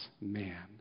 man